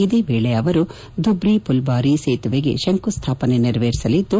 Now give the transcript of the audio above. ಇದೇ ವೇಳೆ ಅವರು ಧುಬ್ರಿ ಪುಲ್ಟಾರಿ ಸೇತುವೆಗೆ ಶಂಕು ಸ್ಥಾಪನೆ ನೆರವೇರಿಸಲಿದ್ದು